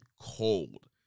Cold